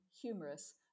humorous